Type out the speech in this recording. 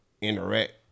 interact